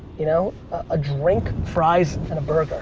you know? a drink, fries and a burger